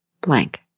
blank